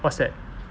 what's that